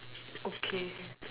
okay